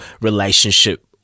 relationship